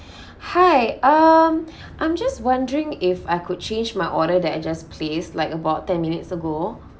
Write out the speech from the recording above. hi um I'm just wondering if I could change my order that I just placed like about ten minutes ago